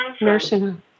nursing